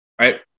Right